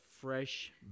fresh